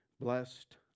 Blessed